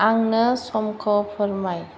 आंंनो समखौ फोरमाय